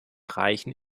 reichen